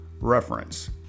reference